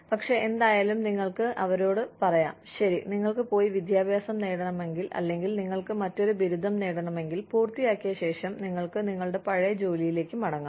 പക്ഷേ എന്തായാലും നിങ്ങൾക്ക് അവരോട് പറയാം ശരി നിങ്ങൾക്ക് പോയി വിദ്യാഭ്യാസം നേടണമെങ്കിൽ അല്ലെങ്കിൽ നിങ്ങൾക്ക് മറ്റൊരു ബിരുദം നേടണമെങ്കിൽ പൂർത്തിയാക്കിയ ശേഷം നിങ്ങൾക്ക് നിങ്ങളുടെ പഴയ ജോലിയിലേക്ക് മടങ്ങാം